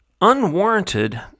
unwarranted